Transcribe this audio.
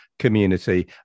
community